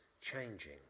changing